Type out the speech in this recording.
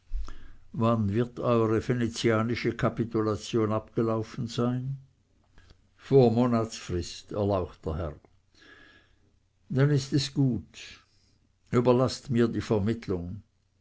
wann wird eure venezianische kapitulation abgelaufen sein vor monatsfrist erlauchter herr dann ist es gut überlaßt mir die vermittelung